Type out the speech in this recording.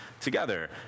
together